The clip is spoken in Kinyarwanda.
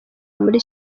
muri